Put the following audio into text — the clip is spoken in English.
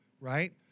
right